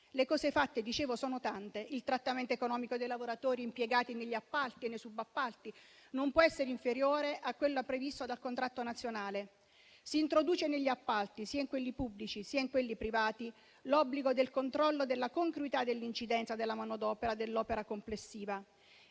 Le cose fatte, dicevo, sono tante: il trattamento economico dei lavoratori impiegati negli appalti e nei subappalti non può essere inferiore a quello previsto dal contratto nazionale; si introduce negli appalti, sia in quelli pubblici che in quelli privati, l'obbligo del controllo della congruità dell'incidenza della manodopera sull'opera complessiva.